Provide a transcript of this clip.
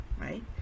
right